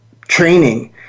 training